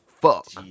fuck